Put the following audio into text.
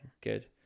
good